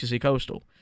coastal